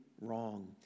wrong